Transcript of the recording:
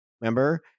remember